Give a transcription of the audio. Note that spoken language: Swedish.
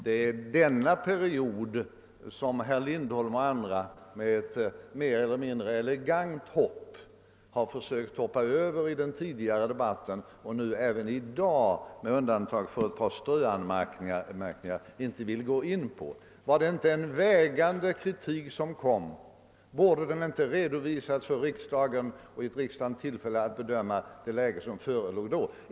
Det är denna period som herr Lindholm och andra mer eller mindre elegant har försökt hoppa över i den tidigare debatten och inte heller i dag, med undantag för ett par ströanmärkningar, vill gå in på. Var det inte en vägande kritik som framfördes? Borde inte denna kritik ha redovisats för riksdagen, så att riksdagen givits tillfälle att bedöma det läge som då förelåg?